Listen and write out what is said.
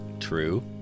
True